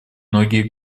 многие